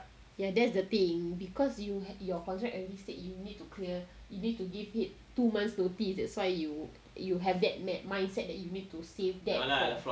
ya that's the thing because you your contract already said you need to clear you need to give it two months notice that's why you you have that mind mindset that you need to save them